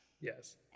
Yes